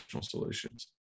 solutions